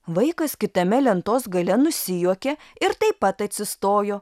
vaikas kitame lentos gale nusijuokė ir taip pat atsistojo